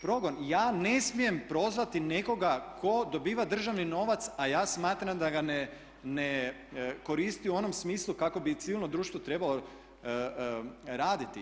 Progon, ja ne smijem prozvati nekoga tko dobiva državni novac, a ja smatram da ga ne koristi u onom smislu kako bi civilno društvo trebalo raditi?